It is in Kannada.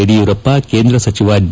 ಯಡಿಯೂರಪ್ಪ ಕೇಂದ್ರ ಸಚಿವ ಡಿ